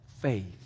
Faith